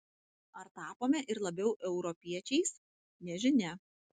ar tapome ir labiau europiečiais nežinia